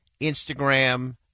Instagram